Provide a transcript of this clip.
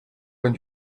when